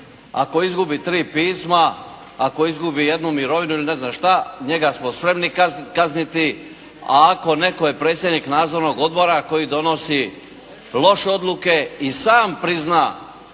Ako izgubi tri pisma, ako izgubi jednu mirovinu ili ne znam šta njega smo spremni kazniti. A ako netko je predsjednik nadzornog odbora koji donosi loše odluke i sam prizna